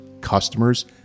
customers